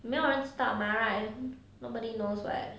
没有人 stalk mah right nobody knows [what]